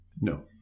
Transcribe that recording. No